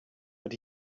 but